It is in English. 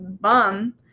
bum